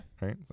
Right